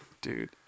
dude